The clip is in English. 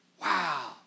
Wow